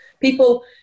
People